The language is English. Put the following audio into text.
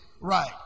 Right